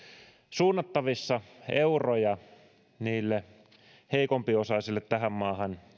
suunnattavissa euroja niille heikompiosaisille tähän maahan